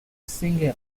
single